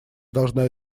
должна